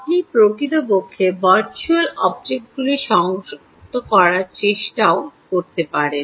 আপনি প্রকৃতপক্ষে ভার্চুয়াল অবজেক্টগুলি সংযুক্ত করার চেষ্টাও করতে পারেন